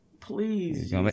Please